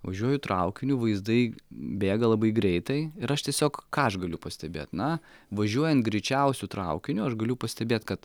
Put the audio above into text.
važiuoju traukiniu vaizdai bėga labai greitai ir aš tiesiog ką aš galiu pastebėt na važiuojant greičiausiu traukiniu aš galiu pastebėt kad